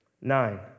Nine